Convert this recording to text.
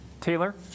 taylor